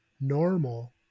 normal